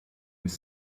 with